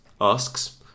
asks